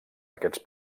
aquests